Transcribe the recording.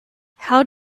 how